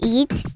Eat